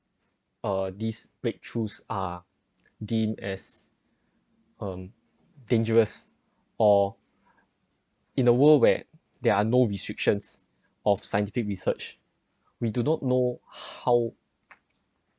uh these breakthroughs are deem as um dangerous or in a world where there are no restrictions of scientific research we do not know how